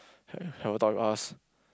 have have a talk with us